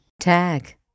Tag